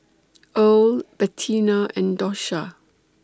Earle Bettina and Dosha